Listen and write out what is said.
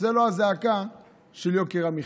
זאת לא הזעקה של יוקר המחיה,